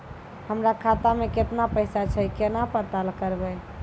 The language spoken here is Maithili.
हमरा खाता मे केतना पैसा छै, केना पता करबै?